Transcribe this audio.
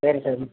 சரிங்க சார்